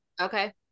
Okay